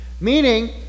Meaning